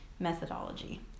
methodology